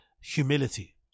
humility